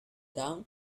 down